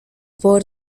board